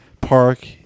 park